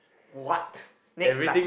what next lah